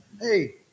Hey